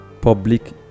public